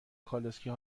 کالسکه